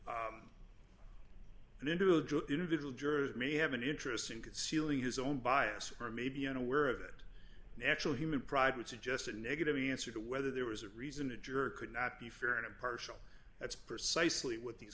then individual jurors may have an interest in concealing his own bias or maybe unaware of it natural human pride would suggest a negative answer to whether there was a reason a juror could not be fair and impartial that's precisely what th